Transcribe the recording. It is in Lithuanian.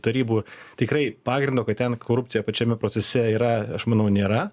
tarybų tikrai pagrindo kad ten korupcija pačiame procese yra aš manau nėra